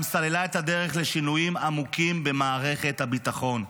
סללה את הדרך לשינויים עמוקים במערכת הביטחון.